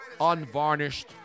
unvarnished